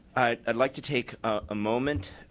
i'd like to take a moment.